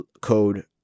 code